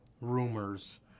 rumors